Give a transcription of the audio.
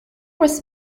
was